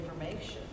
information